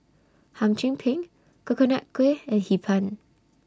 Hum Chim Peng Coconut Kuih and Hee Pan